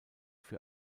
für